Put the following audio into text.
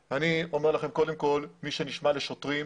אני אומר לכם קודם כל שמי שנשמע לשוטרים,